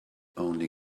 only